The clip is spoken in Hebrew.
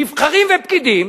נבחרים ופקידים,